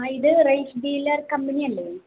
ആ ഇത് rice dealer കമ്പനിയല്ലേ